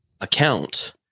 account